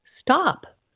stop